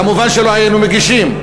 כמובן שלא היינו מגישים.